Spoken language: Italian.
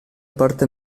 parte